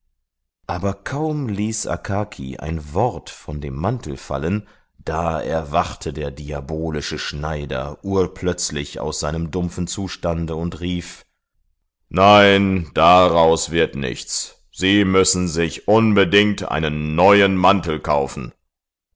aber kaum ließ akaki ein wort von dem mantel fallen da erwachte der diabolische schneider urplötzlich aus seinem dumpfen zustande und rief nein daraus wird nichts sie müssen sich unbedingt einen neuen mantel kaufen